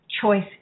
choice